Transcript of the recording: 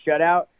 shutout